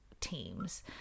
teams